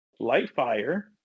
Lightfire